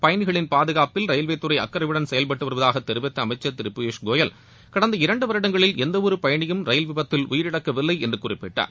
பயணிகளின் பாதுகாப்பில் ரயில்வே துறை அக்கறையுடன் செயல்பட்டு வருவதாக தெரிவித்த அமைச்சர் திரு பியூஸ்கோயல் கடந்த இரண்டு வருடங்களில் எந்தவொரு பயணியும் ரயில் விபத்தில் உயிரிழக்கவில்லை என்று குறிப்பிட்டார்